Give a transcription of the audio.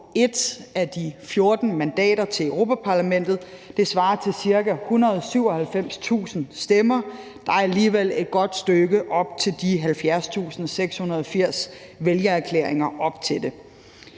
1 af de 14 mandater til Europa-Parlamentet. Det svarer til ca. 197.000 stemmer. Der er alligevel et godt stykke i forhold til de 70.680 vælgererklæringer. Når et